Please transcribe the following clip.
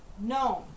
known